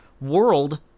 world